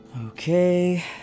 Okay